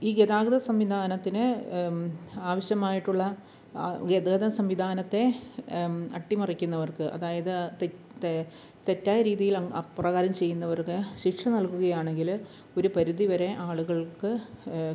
ഈ ഗതാഗത സംവിധാനത്തിന് ആവശ്യമായിട്ടുള്ള ഗതാഗത സംവിധാനത്തെ അട്ടിമറിക്കുന്നവർക്ക് അതായത് തെറ്റ് തെറ്റായ രീതിയിൽ അപ്രകാരം ചെയ്യുന്നവർക്ക് ശിക്ഷ നൽകുകയാണെങ്കിൽ ഒരു പരിധി വരെ ആളുകൾക്ക്